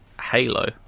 halo